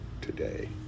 today